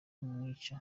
amwica